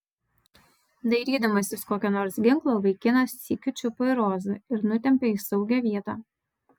dairydamasis kokio nors ginklo vaikinas sykiu čiupo ir rozą ir nutempė į saugią vietą